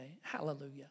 Hallelujah